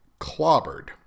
clobbered